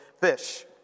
fish